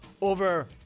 over